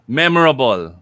memorable